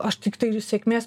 aš tiktai sėkmės